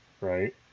right